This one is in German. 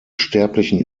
sterblichen